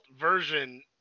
version